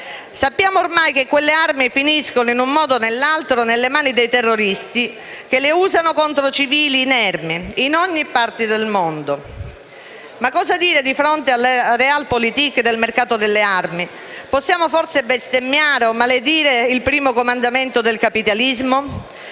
Sappiamo ormai che quelle armi finiscono, in un modo o nell'altro, nelle mani dei terroristi, che le usano contro civili inermi, in ogni parte del mondo. Ma cosa dire di fronte alla *Realpolitik* del mercato delle armi? Possiamo forse bestemmiare e maledire il primo comandamento del capitalismo?